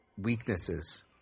weaknesses